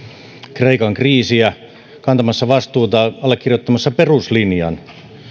kreikan kriisiä kantamassa vastuuta allekirjoittamassa peruslinjan